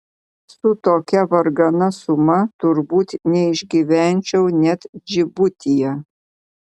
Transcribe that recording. su tokia vargana suma turbūt neišgyvenčiau net džibutyje